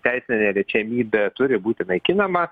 teisinė neliečiamybė turi būti naikinama